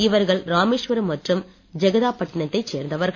இவர்கள் இராமேஸ்வரம் மற்றும் ஜெகதாப்பட்டினத்தைச் சேர்ந்தவர்கள்